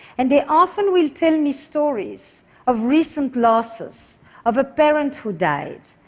and they often will tell me stories of recent losses of a parent who died,